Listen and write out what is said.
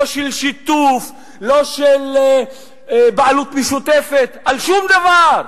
לא של שיתוף ולא של בעלות משותפת על שום דבר.